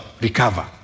recover